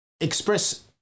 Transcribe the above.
express